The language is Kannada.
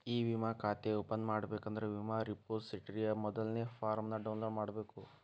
ಇ ವಿಮಾ ಖಾತೆ ಓಪನ್ ಮಾಡಬೇಕಂದ್ರ ವಿಮಾ ರೆಪೊಸಿಟರಿಯ ಮೊದಲ್ನೇ ಫಾರ್ಮ್ನ ಡೌನ್ಲೋಡ್ ಮಾಡ್ಬೇಕ